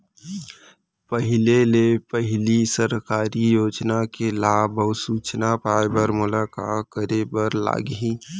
पहिले ले पहिली सरकारी योजना के लाभ अऊ सूचना पाए बर मोला का करे बर लागही?